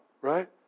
right